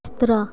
बिस्तरा